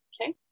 Okay